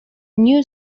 new